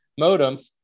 modems